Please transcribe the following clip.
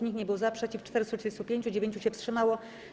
Nikt nie był za, przeciw - 435, 9 się wstrzymało.